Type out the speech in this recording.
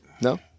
no